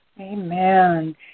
Amen